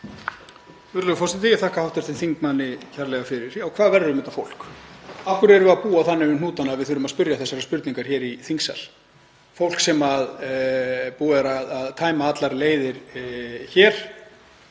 Virðulegur forseti. Ég þakka hv. þingmanni kærlega fyrir. Já, hvað verður um þetta fólk? Af hverju erum við að búa þannig um hnútana að við þurfum að spyrja þessarar spurningar hér í þingsal? Fólk sem búið er að tæma allar leiðir hér,